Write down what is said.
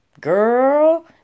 Girl